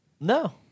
No